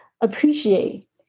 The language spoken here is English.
appreciate